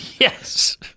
Yes